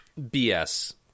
BS